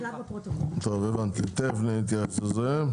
טוב הבנתי, תיכף נתייעץ על זה.